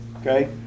okay